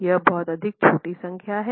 यह बहुत अधिक छोटी संख्या हैं